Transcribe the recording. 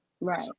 Right